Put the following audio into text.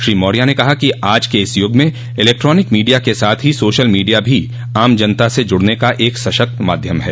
श्री मौर्य ने कहा कि आज के युग में इलेक्ट्रानिक मीडिया के साथ ही सोशल मीडिया भी आम जनता से जुड़ने का एक सशक्त माध्यम है